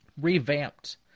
revamped